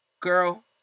Girl